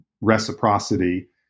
reciprocity